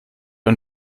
ein